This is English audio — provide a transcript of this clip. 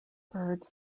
birds